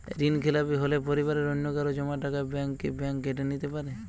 ঋণখেলাপি হলে পরিবারের অন্যকারো জমা টাকা ব্যাঙ্ক কি ব্যাঙ্ক কেটে নিতে পারে?